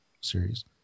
series